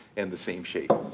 and the same shape.